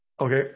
Okay